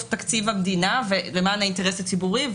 תקציב המדינה הוא למען האינטרס הציבורי,